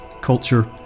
culture